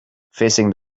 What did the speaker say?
facing